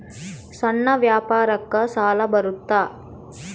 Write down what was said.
ಸಣ್ಣ ವ್ಯಾಪಾರಕ್ಕ ಸಾಲ ಬರುತ್ತಾ?